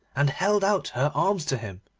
and held out her arms to him.